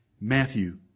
Matthew